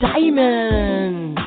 Diamond